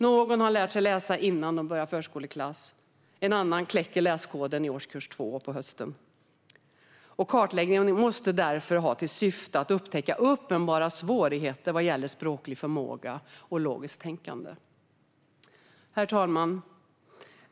Någon har lärt sig läsa innan de börjar förskoleklass; en annan knäcker läskoden på hösten i årskurs 2. Kartläggningen måste därför ha till syfte att upptäcka uppenbara svårigheter vad gäller språklig förmåga och logiskt tänkande. Herr talman!